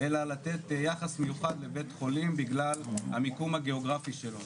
אלא לתת יחס מיוחד לבית חולים בגלל המיקום הגיאוגרפי שלו.